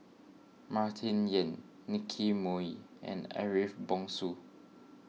Martin Yan Nicky Moey and Ariff Bongso